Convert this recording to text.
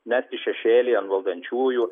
mesti šešėlį ant valdančiųjų